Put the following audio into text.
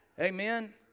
Amen